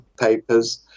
papers